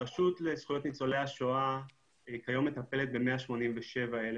הרשות לזכויות ניצולי השואה כיום מטפלת ב-187,000